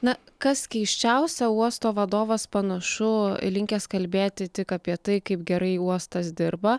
na kas keisčiausia uosto vadovas panašu linkęs kalbėti tik apie tai kaip gerai uostas dirba